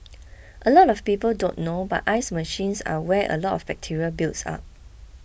a lot of people don't know but ice machines are where a lot of bacteria builds up